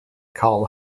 carl